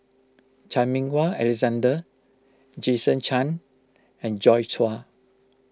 Chan Meng Wah Alexander Jason Chan and Joi Chua